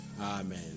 Amen